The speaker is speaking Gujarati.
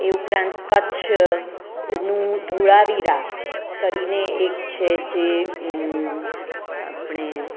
એ ઉપરાંત કચ્છનું ધોળાવીરા કરીને એક છે જે આપણે